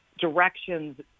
directions